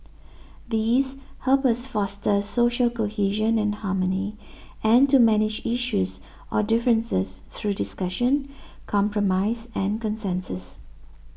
these help us foster social cohesion and harmony and to manage issues or differences through discussion compromise and consensus